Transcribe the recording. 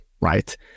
Right